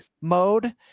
mode